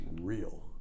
real